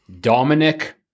Dominic